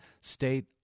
state